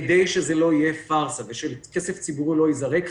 כדי שזה לא יהיה פארסה ושכסף ציבורי לא ייזרק,